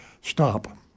stop